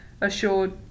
assured